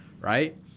right